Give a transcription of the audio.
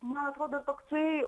man atrodo toksai